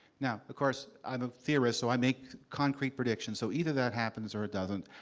now, of course, i'm a theorist, so i make concrete predictions. so either that happens or it doesn't.